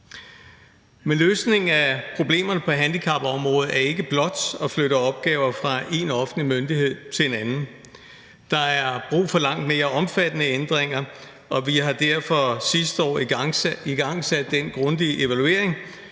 Men løsningen af problemerne på handicapområdet er ikke blot at flytte opgaver fra én offentlig myndighed til en anden. Der er brug for langt mere omfattende ændringer, og vi har derfor sidste år igangsat den grundige evaluering,